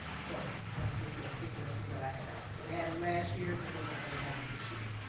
so that's just a suggestion that i have. they had them last year, but they're not gonna have them this year.